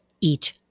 eat